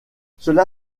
cela